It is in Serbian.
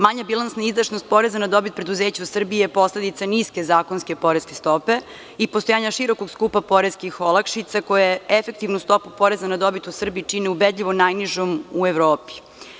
Manja bilansna izdašnost poreza na dobit preduzeća u Srbiji je posledica niske zakonske poreske stope i postojanja širokog skupa poreskih olakšica, koje efektivnu stopu poreza na dobit čine ubedljivo najnižom u Evropi.